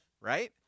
right